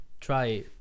try